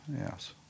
yes